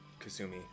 Kasumi